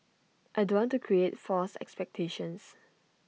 I don't want to create false expectations